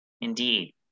Indeed